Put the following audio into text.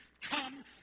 come